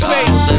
Face